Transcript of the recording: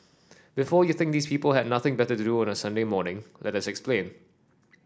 before you think these people had nothing better to do on a Sunday morning let us explain